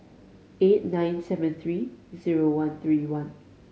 eight nine seven three zero one three one